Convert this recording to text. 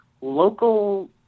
local